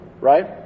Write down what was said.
right